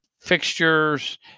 fixtures